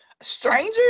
Stranger